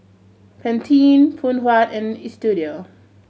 Pantene Phoon Huat and Istudio